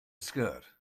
skirt